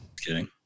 kidding